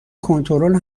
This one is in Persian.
کنترل